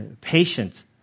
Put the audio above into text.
patient